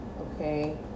okay